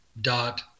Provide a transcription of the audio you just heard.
dot